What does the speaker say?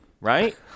right